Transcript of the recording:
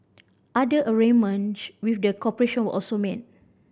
other arrangement with the corporation were also made